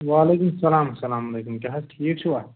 وَعلیکُم سَلام سَلام علیکم کیٛاہ حظ ٹھیٖک چھِوا